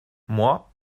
moi